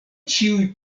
ĉiuj